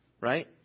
Right